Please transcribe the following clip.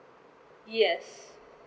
yes